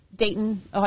Dayton